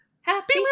Happy